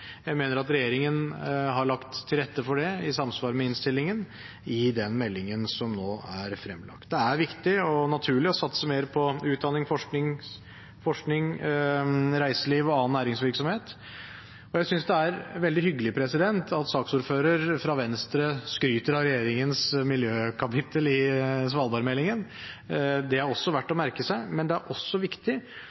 Jeg mener at regjeringen har lagt til rette for det, i samsvar med innstillingen, i den meldingen som nå er fremlagt. Det er viktig og naturlig å satse mer på utdanning, forskning, reiseliv og annen næringsvirksomhet. Jeg synes det er veldig hyggelig at saksordføreren fra Venstre skryter av regjeringens miljøkapittel i Svalbard-meldingen. Det er det verdt å merke seg, men det er også viktig